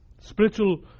spiritual